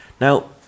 now